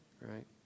right